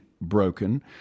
broken